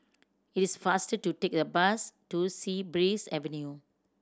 it is faster to take the bus to Sea Breeze Avenue